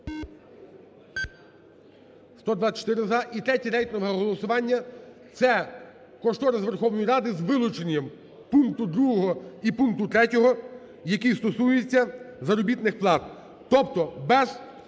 За-124 І третє рейтингове голосування – це кошторис Верховної Ради України з вилученням пункту 2 і пункту 3, які стосуються заробітних плат, тобто без